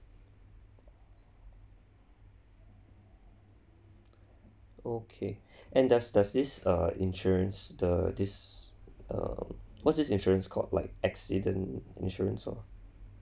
okay and does does this uh insurance the this um what this insurance call like accident insurance or